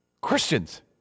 Christians